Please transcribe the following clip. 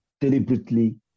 deliberately